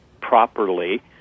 properly